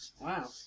wow